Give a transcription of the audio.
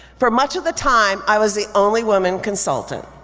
for much of the time, i was the only woman consultant.